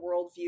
worldview